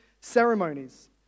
ceremonies